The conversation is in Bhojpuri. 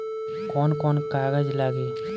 कौन कौन कागज लागी?